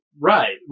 Right